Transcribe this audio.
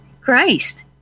Christ